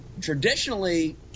traditionally